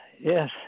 Yes